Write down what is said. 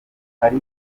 hari